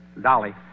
Dolly